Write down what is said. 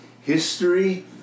history